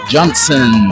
Johnson